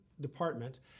Department